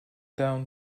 down